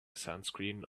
sunscreen